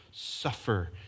suffer